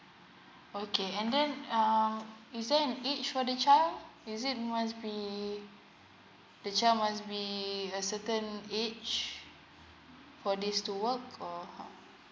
okay and then um is there an age for the child is it must be the child must be a certain age for this to work or